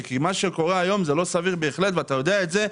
כי מה שקורה היום זה לא סביר בהחלט ואתה יודע את זה,